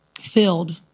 filled